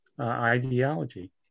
ideology